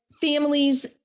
families